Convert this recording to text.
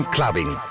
Clubbing